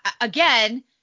again